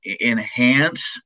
enhance